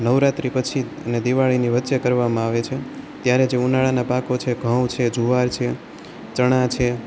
નવરાત્રી પછી અને દિવાળીની વચ્ચે કરવામાં આવે છે ત્યારે જે ઉનાળાના પાકો ઘઉં છે જુવાર છે ચણા છે